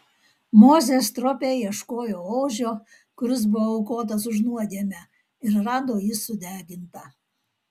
mozė stropiai ieškojo ožio kuris buvo aukotas už nuodėmę ir rado jį sudegintą